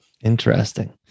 Interesting